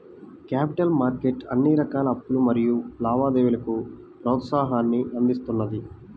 capital market అన్ని రకాల అప్పులు మరియు లావాదేవీలకు ప్రోత్సాహాన్ని అందిస్తున్నది